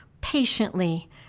patiently